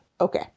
Okay